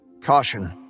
Caution